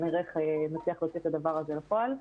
ונראה איך נוכל להוציא את הדבר הזה לפועל,